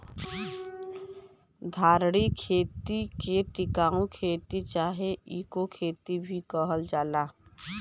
धारणीय खेती के टिकाऊ खेती चाहे इको खेती भी कहल जाला